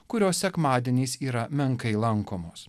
kurios sekmadieniais yra menkai lankomos